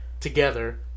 together